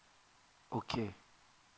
okay